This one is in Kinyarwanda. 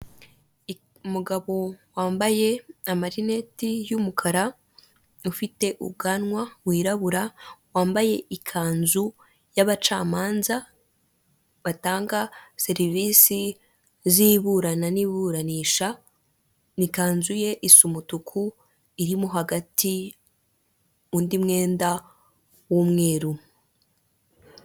Umugabo wambaye amarineti y'umukara ufite ubwanwa wirabura wambaye ikanzu yabacamanza batanga serivisi z'iburana n'iburanisha ikanzu ye isa umutuku irimo hagati undi mwenda w'umweru.